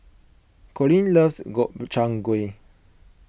Colin loves Gobchang Gui